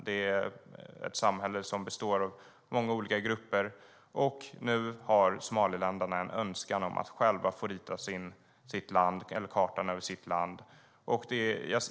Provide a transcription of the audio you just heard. Det är ett samhälle som består av många olika grupper, och nu har somaliländarna en önskan om att själva få rita kartan över sitt land.